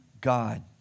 God